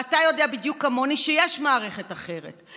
ואתה יודע בדיוק כמוני שיש מערכת אחרת,